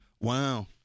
Wow